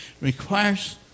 requires